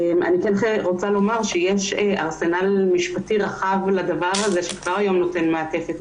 אני כן רוצה לומר שיש ארסנל משפטי רחב לדבר הזה שכבר היום נותן מעטפת.